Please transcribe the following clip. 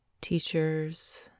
teachers